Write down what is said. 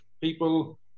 people